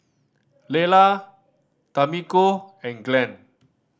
Lela Tamiko and Glen